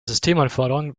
systemanforderungen